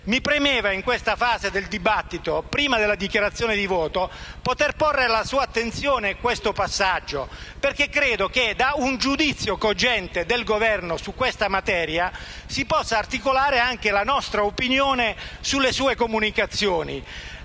Mi premeva in questa fase del dibattito, prima della dichiarazione di voto, poter porre alla sua attenzione questo passaggio, perché credo che da un giudizio cogente del Governo su questa materia si possa articolare anche la nostra opinione sulle sue comunicazioni.